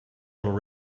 little